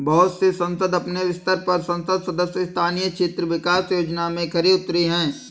बहुत से संसद अपने स्तर पर संसद सदस्य स्थानीय क्षेत्र विकास योजना में खरे उतरे हैं